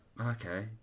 Okay